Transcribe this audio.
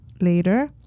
Later